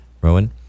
Rowan